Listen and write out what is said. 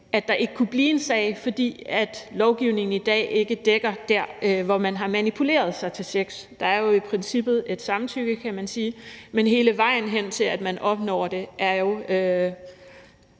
at der ikke kunne blive en sag, fordi lovgivningen i dag ikke dækker der, hvor man har manipuleret sig til sex. Der er jo i princippet et samtykke, kan man sige, men hele vejen hen til, at man opnår det, er jo